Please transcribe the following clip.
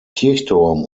kirchturm